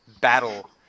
battle